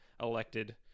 elected